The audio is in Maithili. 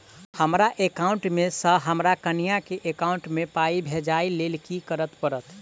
हमरा एकाउंट मे सऽ हम्मर कनिया केँ एकाउंट मै पाई भेजइ लेल की करऽ पड़त?